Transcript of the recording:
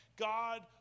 God